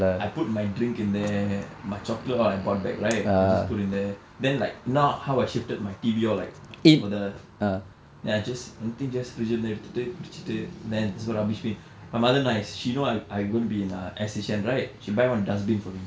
I put my drink in there my chocolate all I bought back right I just put in there then like you know how I shifted my T_V all like for the then I just anything just fridge இல்ல எடுத்துட்டு குடிச்சிட்டு:illa eduthuttu kudicchuttu then just go rubbish bin my mother nice she know I I gonna be in a S_H_N right she buy one dustbin for me